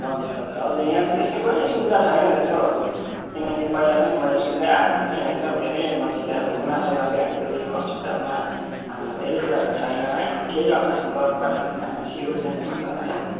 हजुर हजुर हजुर यहाँ त त्यस्तो कुनै सुविधा छैन रहेछ हौ हजुर किनकि पहिला पनि मैले सुन्दै आएको हो त यहाँनिर धेरै मान्छेले अब गुनासो गरिरहेको थियो यो हस्पिटलमा धेरै कुराहरू छैन अहिले केही अप्रेसन गर्नु पऱ्यो भने हामी सिलगुढी जानुपर्छ है